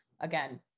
again